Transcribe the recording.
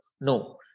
No